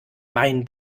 mein